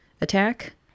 attack